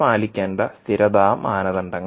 പാലിക്കേണ്ട സ്ഥിരത മാനദണ്ഡങ്ങൾ